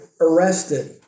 arrested